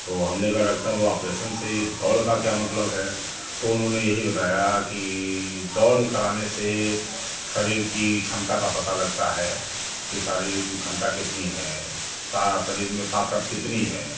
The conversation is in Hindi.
तो हमने कहा डाक्टर साहब वो आपरेसन से इस दौड़ का क्या मतलब है तो उन्होंने यही बताया कि दौड़ कराने से शरीर की क्षमता का पता लगता है कि शारीरिक क्षमता कितनी है सारा शरीर में ताकत कितनी है